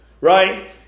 Right